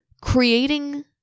creating